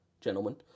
gentlemen